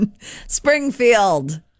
Springfield